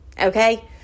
Okay